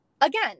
again